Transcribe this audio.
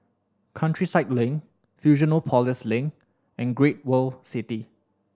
Countryside Link Fusionopolis Link and Great World City